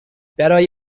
برای